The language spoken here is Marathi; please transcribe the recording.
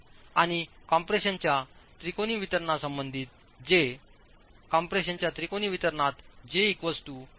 आणिकम्प्रेशनच्या त्रिकोणी वितरणामध्येसंबंधित j कम्प्रेशनच्या त्रिकोणी वितरणात j 1 k3 आहे